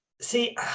See